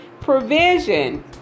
Provision